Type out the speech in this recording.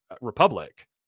Republic